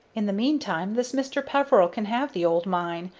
in the meantime this mr. peveril can have the old mine,